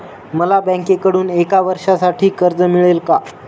मला बँकेकडून एका वर्षासाठी कर्ज मिळेल का?